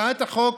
לפני פיזור הכנסת?